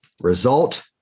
result